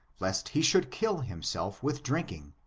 lest he should kill himself with drinking.